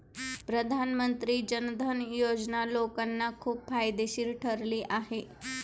प्रधानमंत्री जन धन योजना लोकांना खूप फायदेशीर ठरली आहे